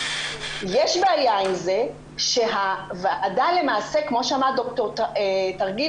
יש בעיה עם זה שהוועדה למעשה כמו שאמר ד"ר טרגין